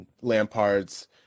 Lampard's